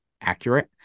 Accurate